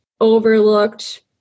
overlooked